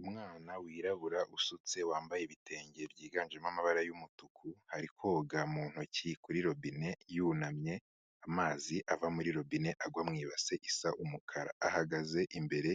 Umwana wirabura usutse wambaye ibitenge byiganjemo amabara y'umutuku, ari koga mu ntoki kuri robine yunamye, amazi ava muri robine agwa mu ibase isa umukara. Ahagaze imbere